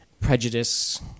prejudice